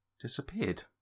disappeared